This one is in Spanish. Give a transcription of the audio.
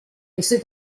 estoy